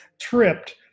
tripped